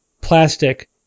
plastic